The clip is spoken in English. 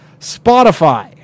Spotify